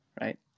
right